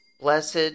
blessed